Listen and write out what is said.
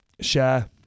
share